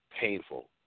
painful